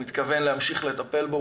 אני מתכוון להמשיך לטפל בו.